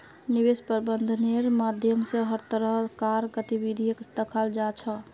निवेश प्रबन्धनेर माध्यम स हर तरह कार गतिविधिक दखाल जा छ